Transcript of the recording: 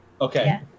Okay